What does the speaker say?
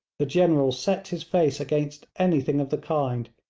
the general set his face against anything of the kind,